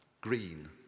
green